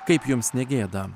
kaip jums negėda